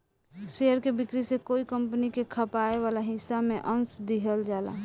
share के बिक्री से कोई कंपनी के खपाए वाला हिस्सा में अंस दिहल जाला